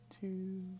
Two